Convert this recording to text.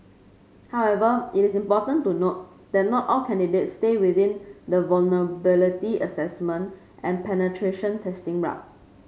however it is important to note that not all candidates stay within the vulnerability assessment and penetration testing route